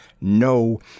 No